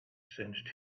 sensed